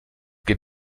geht